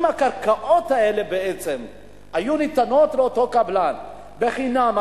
אם הקרקעות האלה היו ניתנות בעצם לאותו קבלן חינם,